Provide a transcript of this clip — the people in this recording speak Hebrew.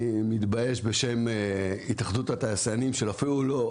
אני מתבייש בשם התאחדות התעשיינים שאפילו לא,